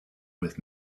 with